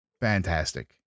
fantastic